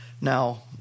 now